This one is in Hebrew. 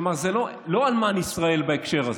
כלומר, לא אלמן ישראל בהקשר הזה.